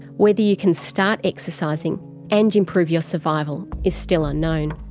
whether you can start exercising and improve your survival is still unknown,